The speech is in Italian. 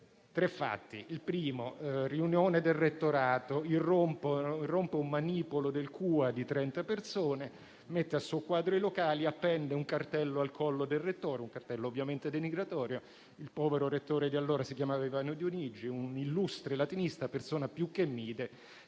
durante una riunione del rettorato. Irrompe un manipolo del CUA di 30 persone, che mette a soqquadro i locali e appende un cartello al collo del rettore, un cartello ovviamente denigratorio. Il povero rettore di allora, Ivano Dionigi, un illustre latinista, persona più che mite,